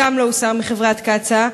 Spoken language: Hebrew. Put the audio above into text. גם הוא לא הוסר מחברת קצא"א.